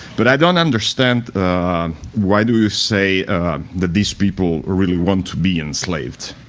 but i don't understand why do you say that these people really want to be enslaved,